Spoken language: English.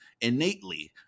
innately